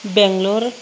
Bengaluru